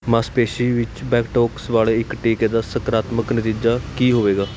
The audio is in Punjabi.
ਮਾਸਪੇਸ਼ੀ ਵਿੱਚ ਬੋਟੌਕਸ ਵਾਲੇ ਇੱਕ ਟੀਕੇ ਦਾ ਸਕਾਰਾਤਮਕ ਨਤੀਜਾ ਕੀ ਹੋਵੇਗਾ